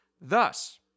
Thus